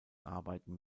arbeiten